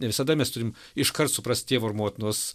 ne visada mes turim iškart suprasti tėvo ir motinos